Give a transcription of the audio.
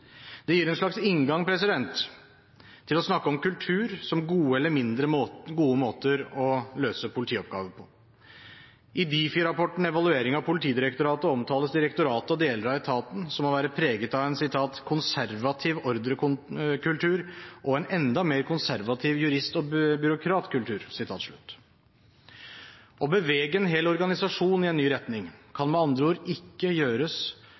Det gir en slags inngang til å snakke om kultur som gode eller mindre gode måter å løse politioppgaver på. I Difi-rapporten, Evaluering av Politidirektoratet, omtales direktoratet og deler av etaten som å være preget av en «konservativ ordrekultur og en enda mer konservativ jurist- og byråkratikultur». Å bevege en hel organisasjon i en ny retning kan med andre ord ikke gjøres